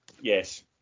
Yes